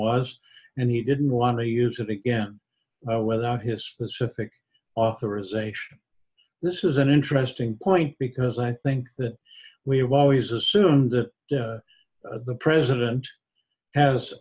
was and he didn't want to use it again without his specific authorization this is an interesting point because i think that we have always assumed that the president has